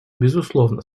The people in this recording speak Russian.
безусловно